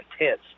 intense